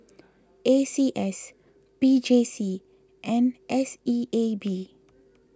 A C S P J C and S E A B